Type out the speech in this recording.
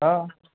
હા